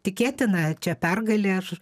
tikėtina čia pergalė aš